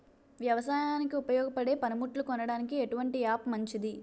వ్యవసాయానికి ఉపయోగపడే పనిముట్లు కొనడానికి ఎటువంటి యాప్ మంచిది?